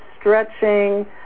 stretching